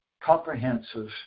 comprehensive